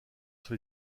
sur